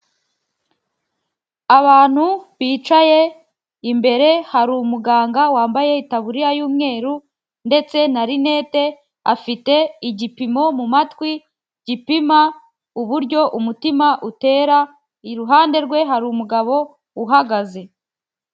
Abantu bicaye imbere hari umuganga wambaye itaburiya y'umweru ndetse na rinete, afite igipimo mu matwi gipima uburyo umutima utera, iruhande rwe hari umugabo uhagaze.